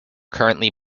currently